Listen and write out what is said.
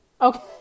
Okay